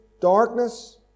darkness